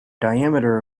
diameter